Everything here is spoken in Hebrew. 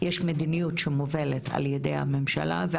יש מדיניות שמובלת על ידי הממשלה באופן